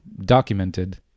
documented